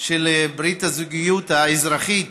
של ברית הזוגיות האזרחית,